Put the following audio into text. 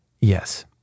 Yes